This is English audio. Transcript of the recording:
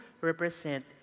represent